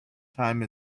time